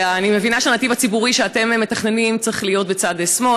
ואני מבינה שהנתיב הציבורי שאתם מתכננים צריך להיות בצד שמאל.